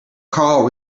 carl